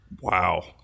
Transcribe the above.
Wow